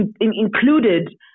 included